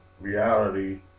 reality